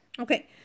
Okay